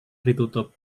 ditutup